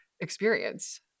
experience